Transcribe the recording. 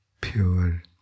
pure